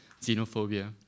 xenophobia